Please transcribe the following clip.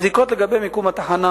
הבדיקות לגבי מיקום התחנה